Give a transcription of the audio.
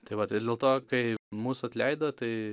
tai vat ir dėlto kai mus atleido tai